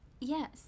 Yes